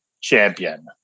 champion